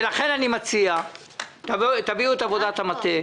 לכן אני מציע שתביאו את עבודת המטה.